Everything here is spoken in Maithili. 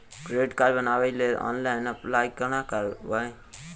क्रेडिट कार्ड बनाबै लेल ऑनलाइन अप्लाई कोना करबै?